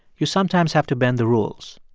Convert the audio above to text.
you sometimes have to bend the rules.